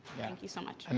thank you so much. um